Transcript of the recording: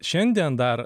šiandien dar